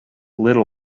little